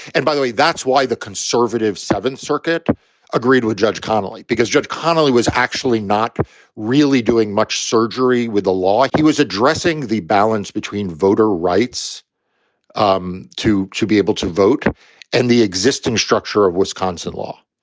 and by the way, that's why the conservative seventh circuit agreed with judge connelly, because judge connerly was actually not really doing much surgery with the law. he was addressing the balance between voter rights um to to be able to vote and the existing structure of wisconsin law.